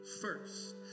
first